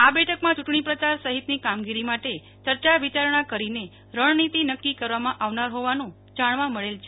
આ બેઠકમાં ચૂંટણ પ્રચાર સહિતની કામગીરી માટે ચર્ચા વિચારણા કરીને રણનીતિ નક્કી કરવામાં આવનાર હોવાનું જાણવા મળેલ છે